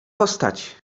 postać